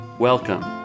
Welcome